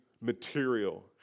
material